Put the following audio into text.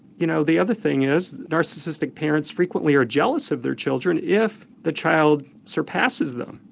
you know the other thing is, narcissistic parents frequently are jealous of their children if the child surpasses them.